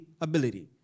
ability